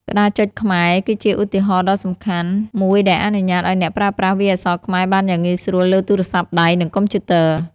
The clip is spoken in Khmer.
ក្តារចុចខ្មែរ គឺជាឧទាហរណ៍ដ៏សំខាន់មួយដែលអនុញ្ញាតឱ្យអ្នកប្រើប្រាស់វាយអក្សរខ្មែរបានយ៉ាងងាយស្រួលលើទូរស័ព្ទដៃ និងកុំព្យូទ័រ។